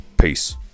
Peace